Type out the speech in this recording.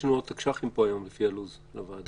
יש לנו עוד תקש"חים פה היום לפי הלו"ז של הוועדה.